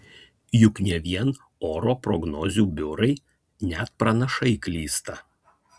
juk ne vien oro prognozių biurai net pranašai klysta